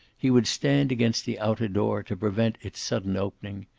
he would stand against the outer door, to prevent its sudden opening.